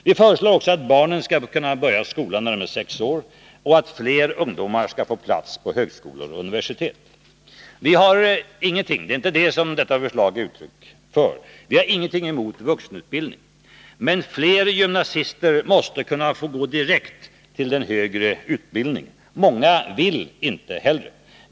Vi föreslår också att barnen kan börja skolan när de är sex år och att fler ungdomar får plats på högskolor och universitet. Vi har ingenting emot vuxenutbildning — det är inte det som vårt förslag ger uttryck för. Men fler gymnasister måste kunna gå direkt till den högre utbildningen. Många vill inget hellre.